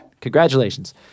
Congratulations